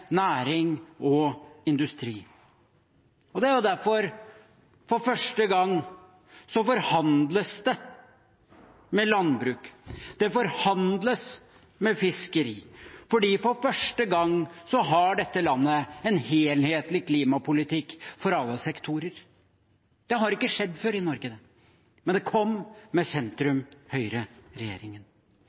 næring og industri. Og det er derfor det for første gang forhandles med landbruk, forhandles med fiskeri, for for første gang har dette landet en helhetlig klimapolitikk for alle sektorer. Det har ikke skjedd før i Norge, men det kom med